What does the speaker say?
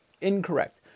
Incorrect